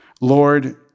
Lord